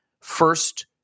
first